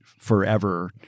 forever